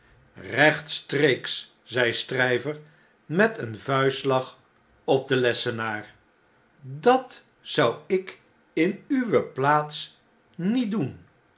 eechtstreeks zei stryver met een vuistslag op den lessenaar dat zou ik in uwe plaats niet doen